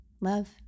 Love